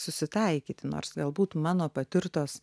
susitaikyti nors galbūt mano patirtos